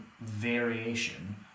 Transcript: variation